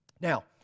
Now